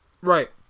right